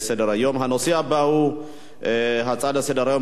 הנושא הבא הוא הצעות לסדר-היום בנושא: